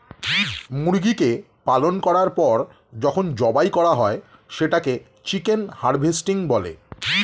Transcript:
মুরগিকে পালন করার পর যখন জবাই করা হয় সেটাকে চিকেন হারভেস্টিং বলে